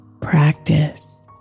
practice